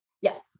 Yes